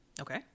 okay